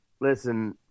Listen